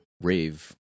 rave